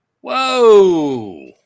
Whoa